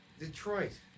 Detroit